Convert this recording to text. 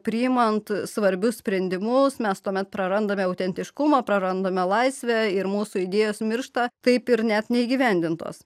priimant svarbius sprendimus mes tuomet prarandame autentiškumą prarandame laisvę ir mūsų idėjos miršta taip ir net neįgyvendintos